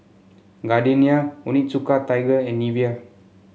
Gardenia Onitsuka Tiger and Nivea